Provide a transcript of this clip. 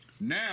Now